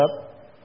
up